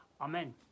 amen